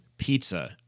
pizza